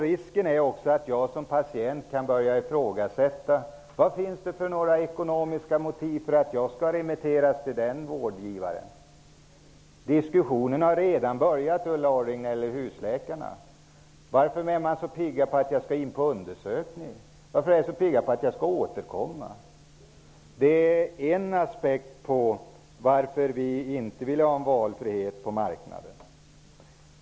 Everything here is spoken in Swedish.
Risken är också att jag som patient kan börja ifrågasätta vad det finns för ekonomiska motiv till att jag skall remitteras till en viss vårdgivare. Diskussionen har redan börjat, Ulla Orring, när det gäller husläkarna. Man undrar varför de är så pigga på att göra undersökningar och på att man skall återkomma? Det är en aspekt som gör att vi inte vill ha valfrihet på marknaden.